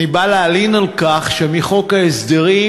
אני בא להלין על כך שמחוק ההסדרים,